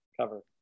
cover